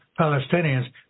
Palestinians